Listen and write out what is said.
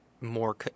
more